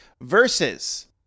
versus